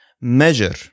measure